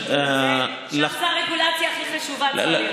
זו הרגולציה הכי חשובה שצריכה להיות.